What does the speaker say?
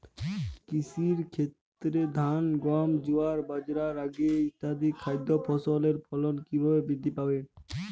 কৃষির ক্ষেত্রে ধান গম জোয়ার বাজরা রাগি ইত্যাদি খাদ্য ফসলের ফলন কীভাবে বৃদ্ধি পাবে?